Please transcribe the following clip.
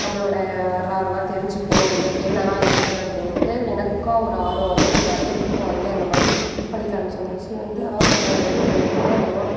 நம்ளோட வரலாறு எல்லாம் தெரிஞ்சுப்போம் என்ன தான் இருக்கு அப்படின்ட்டு எனக்காக ஒரு ஆர்வம் வந்து நான் நிறைய புக் வாங்கி அந்த மாதிரி படிக்க ஆரமிச்சிவிட்டேன் மோஸ்ட்லி வந்து அதான் சொல்லுறன்ன எனக்கு வந்து அவ்ளோவாக